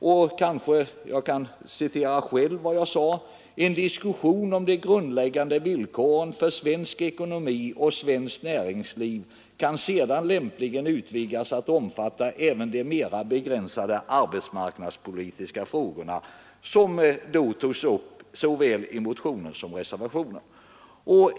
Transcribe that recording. Jag kanske då får lov att citera vad jag själv sade förra året, nämligen följande: ”En diskussion om de grundläggande villkoren för svensk ekonomi och svenskt näringsliv kan sedan lämpligen utvidgas att omfatta även de mera begränsade arbetsmarknadspolitiska frågorna.” De frågorna togs också upp såväl i motionen som i reservationen.